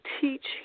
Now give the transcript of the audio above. teach